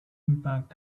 impact